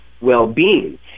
well-being